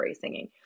singing